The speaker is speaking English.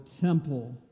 temple